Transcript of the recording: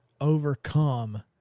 overcome